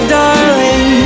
darling